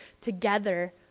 together